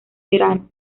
verano